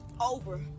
over